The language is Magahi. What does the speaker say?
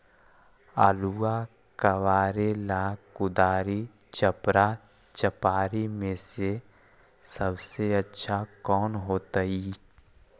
आलुआ कबारेला कुदारी, चपरा, चपारी में से सबसे अच्छा कौन होतई?